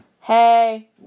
Hey